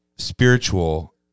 spiritual